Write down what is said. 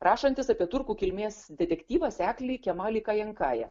rašantis apie turkų kilmės detektyvą seklį kemalį kajenkaja